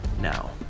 Now